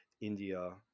India